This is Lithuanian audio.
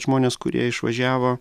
žmonės kurie išvažiavo